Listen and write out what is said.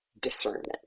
discernment